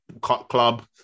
club